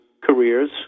careers